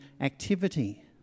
activity